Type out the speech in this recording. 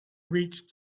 reached